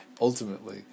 ultimately